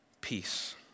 peace